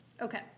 Okay